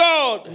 God